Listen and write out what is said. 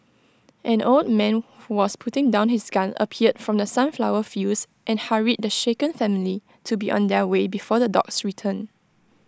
an old man who was putting down his gun appeared from the sunflower fields and hurried the shaken family to be on their way before the dogs return